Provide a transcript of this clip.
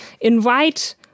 invite